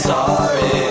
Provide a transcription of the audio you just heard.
Sorry